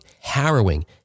harrowing